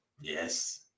Yes